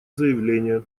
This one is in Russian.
заявление